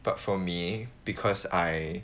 but for me because I